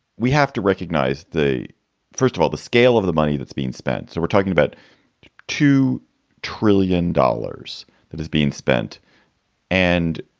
we have to recognize the first of all, the scale of the money that's being spent, so we're talking about two trillion dollars that is being spent and.